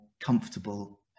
comfortable